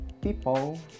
people